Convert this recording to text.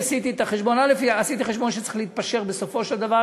עשיתי חשבון שצריך להתפשר בסופו של דבר,